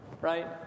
right